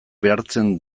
behartzen